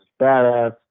badass